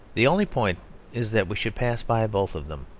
the only point is that we should pass by both of them.